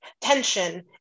Tension